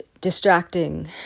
distracting